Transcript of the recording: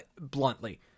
bluntly